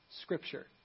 Scripture